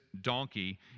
donkey